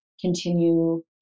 continue